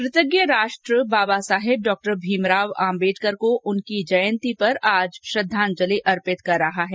कृतज्ञ राष्ट्र बाबा साहेब डॉ भीमराव अम्बेडकर को उनकी जयंती पर आज श्रद्धाजंलि अर्पित कर रहा है